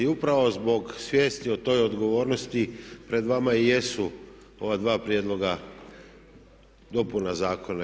I upravo zbog svijesti o toj odgovornosti pred vama i jesu ova dva prijedloga dopuna zakona.